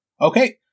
Okay